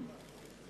(חותם